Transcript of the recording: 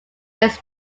years